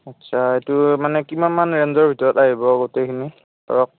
আচ্ছা এইটো মানে কিমান মান ৰেঞ্জৰ ভিতৰত আহিব গোটেইখিনি ধৰক